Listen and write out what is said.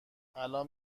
الان